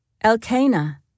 Elkanah